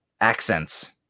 accents